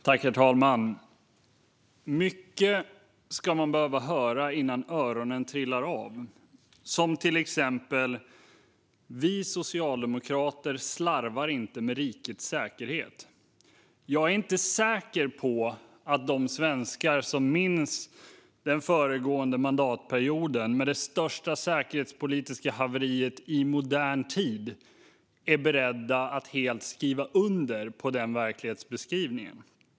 Herr talman! Mycket ska man behöva höra innan öronen trillar av, till exempel: "Vi socialdemokrater slarvar inte med rikets säkerhet." Jag är inte säker på att de svenskar som minns den föregående mandatperioden och det största säkerhetspolitiska haveriet i modern tid är beredda att helt skriva under på den verklighetsbeskrivningen.